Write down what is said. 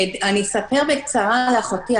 אני אספר בקצרה על אחותי.